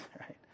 right